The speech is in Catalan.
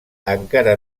encara